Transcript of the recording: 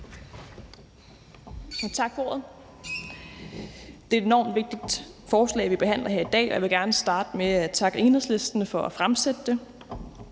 Tak for ordet. Det er et enormt vigtigt beslutningsforslag, vi behandler her i dag, og jeg vil gerne starte med at takke Enhedslisten for at fremsætte det.